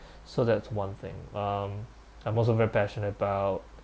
so that's one thing um I'm also very passionate about